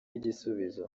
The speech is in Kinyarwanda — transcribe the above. igisubizo